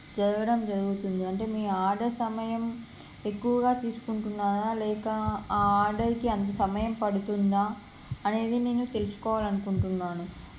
జరగడం జరుగుతుంది అంటే మీ ఆర్డర్ సమయం ఎక్కువగా తీసుకుంటున్నారా లేక ఆ ఆర్డర్కి అంత సమయం పడుతుందా అనేది నేను తెలుసుకోవాలని అనుకుంటున్నాను